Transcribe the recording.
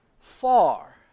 far